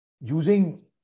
Using